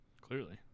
Clearly